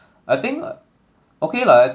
I think okay lah